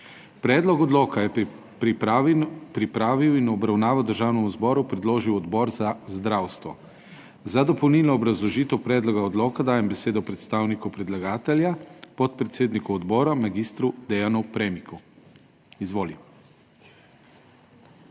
Predlog odloka je pripravil in v obravnavo Državnemu zboru predložil Odbor za zdravstvo. Za dopolnilno obrazložitev predloga odloka dajem besedo predstavnici predlagatelja, predsednici odbora magistrici Tamari Kozlovič. Izvolite.